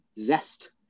zest